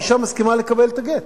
האשה מסכימה לקבל את הגט.